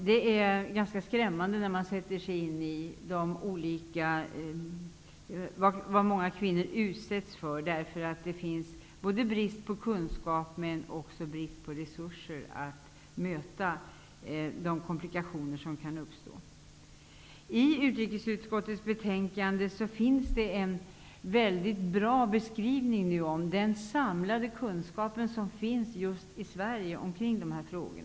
Det är ganska skrämmande uppgifter man möter när man sätter sig in i vad många kvinnor utsätts för därför att det råder brist på kunskap och resurser när det gäller att möta komplikationer som kan uppstå. I utrikesutskottets betänkande finns det en mycket bra beskrivning av den samlade kunskap som finns just i Sverige i dessa frågor.